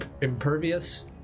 impervious